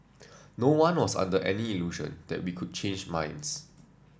no one was under any illusion that be could change minds